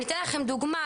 אני אתן לכם דוגמה,